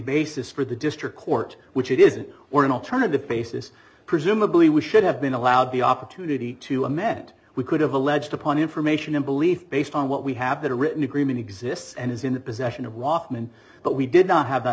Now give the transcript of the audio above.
basis for the district court which it isn't or an alternative basis presumably we should have been allowed the opportunity to amend we could have alleged upon information and believe based on what we have that a written agreement exists and is in the possession of walkman but we did not have that